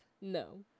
no